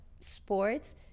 sports